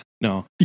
No